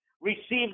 received